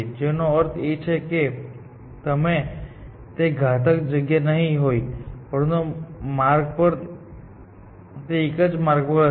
જેનો અર્થ એ છે કે તેમાં ઘાતક જગ્યા નહીં હોય મુખ્ય માર્ગ પર તેનો એક જ માર્ગ હશે